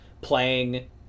playing